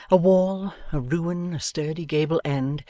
a wall, a ruin, a sturdy gable end,